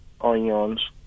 onions